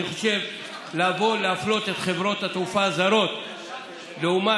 חושב שלבוא להפלות את חברות התעופה הזרות לעומת